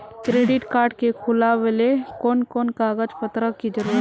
Credit card के खुलावेले कोन कोन कागज पत्र की जरूरत है?